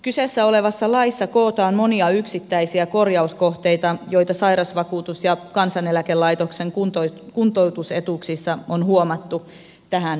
kyseessä olevassa laissa kootaan monia yksittäisiä korjauskohteita joita sairausvakuutuslaissa ja kansaneläkelaitoksen kuntoutusetuuksissa on huomattu tähän mennessä